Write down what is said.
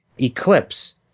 eclipse